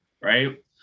Right